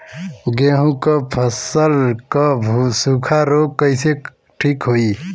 गेहूँक फसल क सूखा ऱोग कईसे ठीक होई?